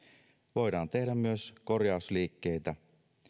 voidaan tehdä myös korjausliikkeitä